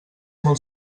molt